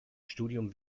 studium